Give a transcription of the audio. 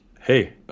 Hey